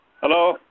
Hello